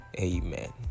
amen